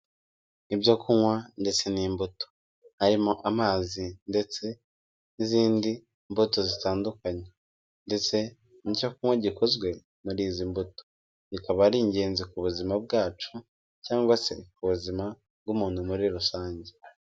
Ibyo kunywa ndetse n'imbuto, harimo amazi ndetse n'izindi mbuto zitandukanye ndetse n'icyo kunywa gikozwe muri izi mbuto. Bikaba ari ingenzi ku buzima bwacu cyangwa se ku ubuzima bw'umuntu muri rusange.